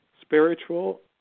spiritual